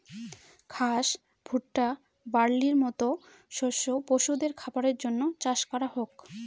ঘাস, ভুট্টা, বার্লির মতো শস্য পশুদের খাবারের জন্য চাষ করা হোক